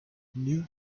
new